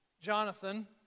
Jonathan